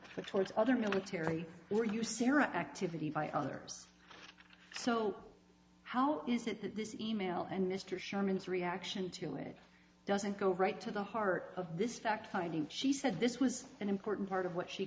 but towards other military or you sirrah activity by others so how is it that this e mail and mr sherman's reaction to it doesn't go right to the heart of this fact finding she said this was an important part of what she